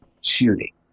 shooting